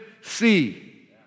see